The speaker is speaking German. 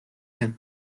hin